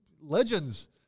legends